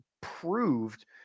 proved